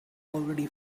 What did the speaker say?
already